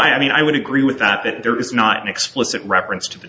w i mean i would agree with that that there is not an explicit reference to the